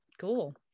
Cool